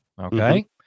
Okay